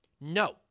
no